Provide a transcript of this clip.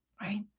right